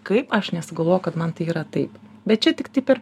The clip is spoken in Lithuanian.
kaip aš nesugalvojau kad man tai yra taip bet čia tiktai per